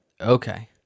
Okay